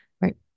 right